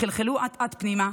חלחלו אט-אט פנימה,